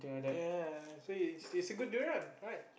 ya so it's it's a good durian right